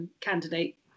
candidate